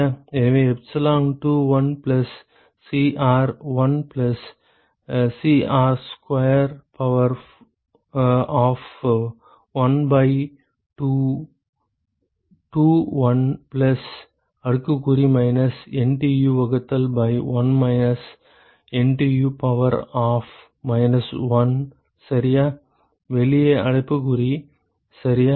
எனவே epsilon 2 1 plus Cr plus 1 plus Cr square power of 1 by 2 2 1 plus அடுக்குக்குறி minus NTU வகுத்தல் by 1 minus NTU power of minus 1 சரியா வெளியே அடைப்புக்குறி சரியா